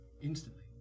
instantly